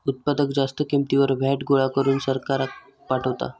उत्पादक जास्त किंमतीवर व्हॅट गोळा करून सरकाराक पाठवता